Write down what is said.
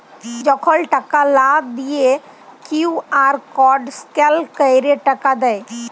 যখল টাকা লা দিঁয়ে কিউ.আর কড স্ক্যাল ক্যইরে টাকা দেয়